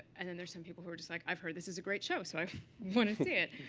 and then there's some people who are just, like, i've heard this is a great show. so i want to see it.